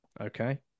Okay